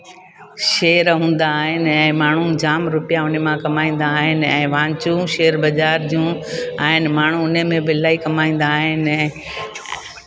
share हूंदा आहिनि share हूंदा आहिनि ऐं माण्हू जामु रुपया हुन मां कमाईंंदा आहिनि ऐं वाचूं शेयर बज़ार जूं आहिनि माण्हू हुन में बि इलाही कमाईंदा आहिनि ऐंं हीरनि जूं कंपनियूं